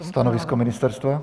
Stanovisko ministerstva?